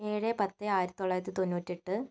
ഏഴ് പത്ത് ആയിരത്തി തൊള്ളായിരത്തി തൊണ്ണൂറ്റെട്ട്